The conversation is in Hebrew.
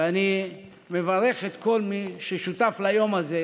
ואני מברך את כל מי ששותף ליום הזה.